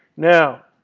now,